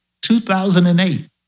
2008